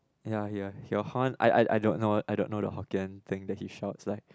ya ya he will horn I I I don't know I don't know the Hokkien thing that he shouts like